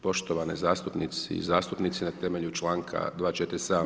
Poštovani zastupnici i zastupnice na temelju čl. 247.